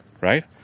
Right